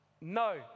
No